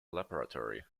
laboratory